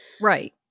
right